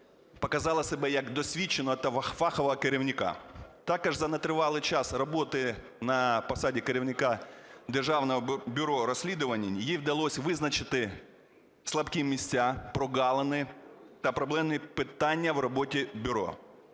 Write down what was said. показала себе як досвідчений та фаховий керівник. Також за нетривалий час роботи на посаді керівника Державного бюро розслідувань їй вдалося визначити слабкі місця, прогалини та проблемні питання в роботі бюро.